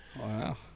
wow